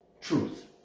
truth